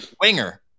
Winger